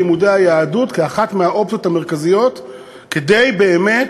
בלימודי היהדות כאחת מהאופציות המרכזיות כדי באמת